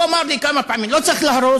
הוא אמר לי כמה פעמים: לא צריך להרוס,